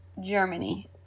Germany